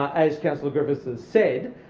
as councillor griffiths has said,